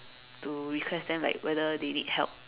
to request them like whether they need help